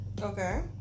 Okay